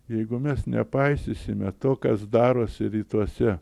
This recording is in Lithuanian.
jeigu mes nepaisysime to kas darosi rytuose